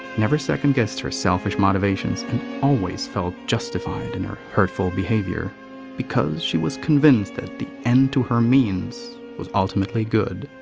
never second guessed selfish motivations and always felt justified in her hurtful behavior because she was convinced that the end to her means was ultimately good.